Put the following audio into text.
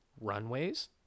runways